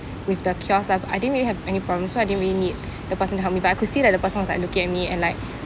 with the kiosk lah I didn't really have any problems so I didn't really need the person to help me but I could see that the person was like looking at me and like